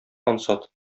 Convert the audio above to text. ансат